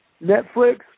Netflix